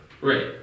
Right